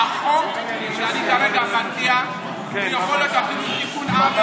החוק שאני כרגע מציע יכול להיות אפילו תיקון עוול